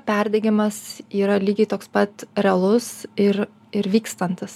perdegimas yra lygiai toks pat realus ir ir vykstantis